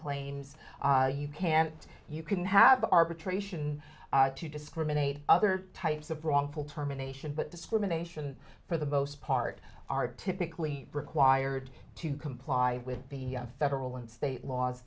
claims you can't you can have arbitration to discriminate other types of wrongful termination but discrimination for the most part are typically required to comply with the federal and state laws